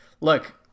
Look